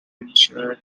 ensure